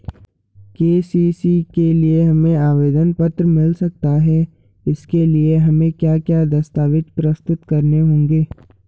KCC के लिए हमें आवेदन पत्र मिल सकता है इसके लिए हमें क्या क्या दस्तावेज़ प्रस्तुत करने होंगे?